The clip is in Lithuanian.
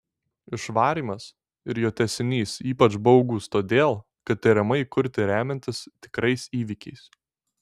išvarymas ir jo tęsinys ypač baugūs todėl kad tariamai kurti remiantis tikrais įvykiais